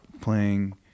playing